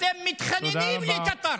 אתם מתחננים לקטר